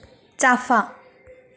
चाफा